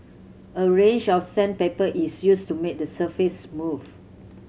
a range of sandpaper is used to make the surface smooth